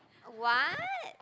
what